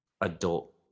adult